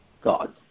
God